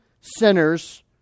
sinners